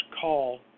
call